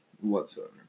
Whatsoever